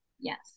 Yes